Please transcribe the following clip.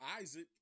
Isaac